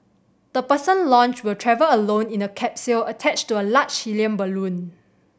the person launched will travel alone in a capsule attached to a large helium balloon